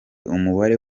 umubare